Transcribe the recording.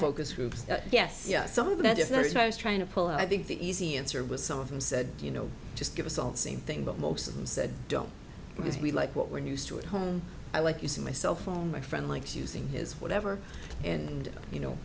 focus groups yes yes some of that is there so i was trying to pull i think the easy answer was some of them said you know just give us all same thing but most of them said don't because we like what we're used to at home i like using my cell phone my friend likes using his whatever and you know